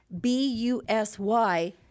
B-U-S-Y